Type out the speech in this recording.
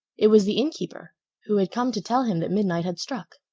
it was the innkeeper who had come to tell him that midnight had struck.